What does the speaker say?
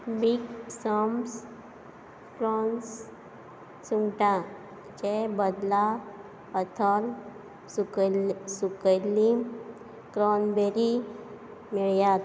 big सॅम्स prawns सुंगटांचे बदला हथल सुकयल्ले सुकयल्लीं क्रॉनबेरी मेळ्ळ्यांत